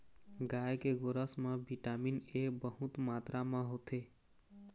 गाय के गोरस म बिटामिन ए बहुत मातरा म होथे